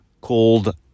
called